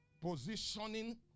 Positioning